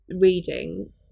reading